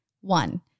One